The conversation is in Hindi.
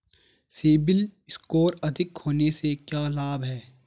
सीबिल स्कोर अधिक होने से क्या लाभ हैं?